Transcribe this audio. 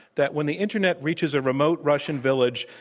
that when the internet reaches a remote russian village,